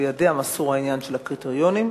בידיה מסור העניין של הקריטריונים.